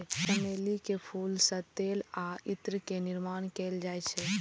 चमेली के फूल सं तेल आ इत्र के निर्माण कैल जाइ छै